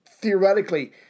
theoretically